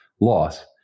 loss